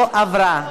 לא עברה.